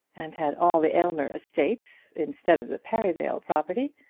and had all the aylmer estates instead of the perivale property,